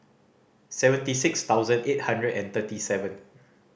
seventy six thousand eight hundred and thirty seven